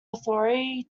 authority